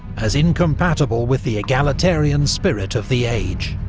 as incompatible with the egalitarian spirit of the age.